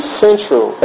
central